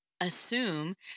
Assume